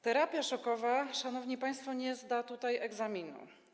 Terapia szokowa, szanowni państwo, nie zda tutaj egzaminu.